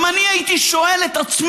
אני גם שואל את עצמי: